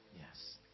Yes